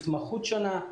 התמחות שונה.